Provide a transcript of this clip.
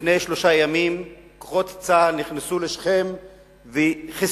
לפני שלושה ימים כוחות צה"ל נכנסו לשכם וחיסלו